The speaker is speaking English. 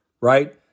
right